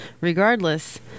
Regardless